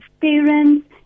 parents